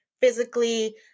physically